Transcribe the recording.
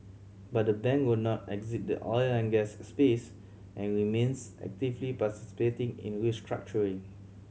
but the bank will not exit the oil and gas space and remains actively participating in restructuring